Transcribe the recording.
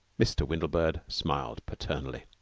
mr. windlebird smiled paternally.